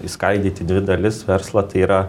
išskaidyti dvi dalis verslą tai yra